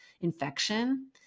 infection